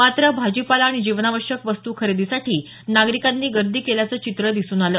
मात्र भाजीपाला आणि जीवनावश्यक वस्तू खरेदीसाठी नागरिकांनी गर्दी केल्याचं चित्र दिसून आल